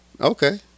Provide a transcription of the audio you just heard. Okay